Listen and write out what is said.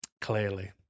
clearly